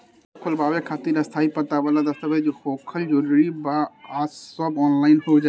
खाता खोलवावे खातिर स्थायी पता वाला दस्तावेज़ होखल जरूरी बा आ सब ऑनलाइन हो जाई?